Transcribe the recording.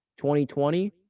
2020